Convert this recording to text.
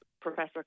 Professor